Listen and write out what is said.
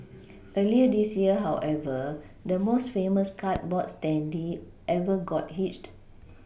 earlier this year however the most famous cardboard standee ever got hitched